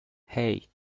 hey